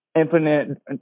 infinite